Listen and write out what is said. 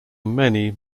many